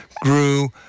grew